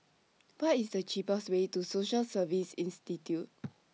What IS The cheapest Way to Social Service Institute